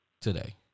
today